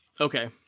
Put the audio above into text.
Okay